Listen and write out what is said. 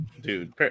dude